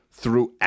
throughout